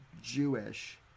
Jewish